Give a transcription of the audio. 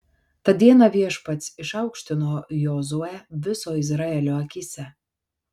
tą dieną viešpats išaukštino jozuę viso izraelio akyse